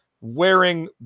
wearing